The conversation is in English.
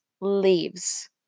leaves